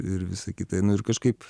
ir visa kita nu ir kažkaip